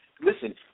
Listen